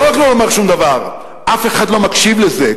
לא רק לא לומר שום דבר, אף אחד לא מקשיב לזה.